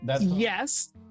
Yes